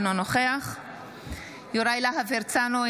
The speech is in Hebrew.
אינו נוכח יוראי להב הרצנו,